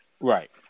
Right